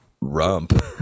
rump